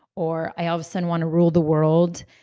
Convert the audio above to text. or i all of a sudden want to rule the world.